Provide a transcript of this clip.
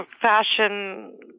fashion